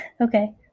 Okay